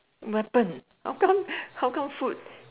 what happen how come how come food